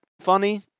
funny